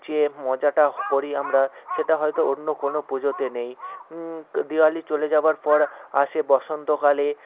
যে মজাটা করি আমরা সেটা হয়তো অন্য কোনও পুজোতে নেই তো দিওয়ালি চলে যাওয়ার পর আসে বসন্তকালে